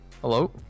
Hello